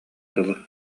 дылы